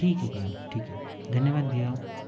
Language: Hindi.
ठीक है भैया ठीक है धन्यवाद भैया